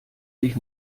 sich